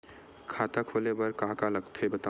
खाता खोले बार का का लगथे बतावव?